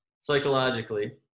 psychologically